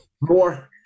More